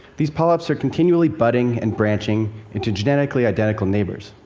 these polyps are continually budding and branching into genetically identical neighbors.